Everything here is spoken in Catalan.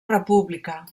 república